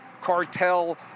cartel